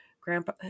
Grandpa